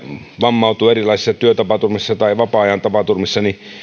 vammautuu erilaisissa työtapaturmissa tai vapaa ajan tapaturmissa